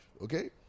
okay